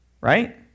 right